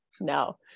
no